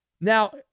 Now